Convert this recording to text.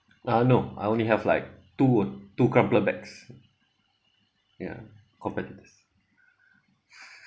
uh no I only have like two two crumpler bags ya competitiveness